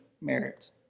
merit